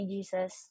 Jesus